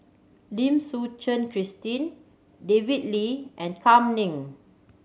Lim Suchen Christine David Lee and Kam Ning